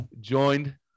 Joined